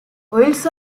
oils